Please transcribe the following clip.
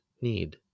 need